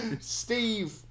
Steve